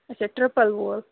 اَچھا ٹرٛپُل وول